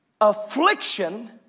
affliction